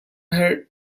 had